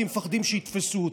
כי הם פוחדים שיתפסו אותם.